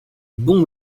bons